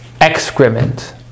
excrement